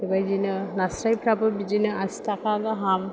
बेबायदिनो नास्रायफ्राबो बिदिनो आसि थाखा गाहाम